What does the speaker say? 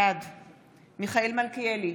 בעד מיכאל מלכיאלי,